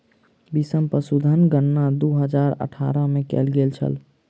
बीसम पशुधन गणना दू हजार अठारह में कएल गेल छल